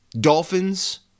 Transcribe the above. Dolphins